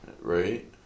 right